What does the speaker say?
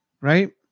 Right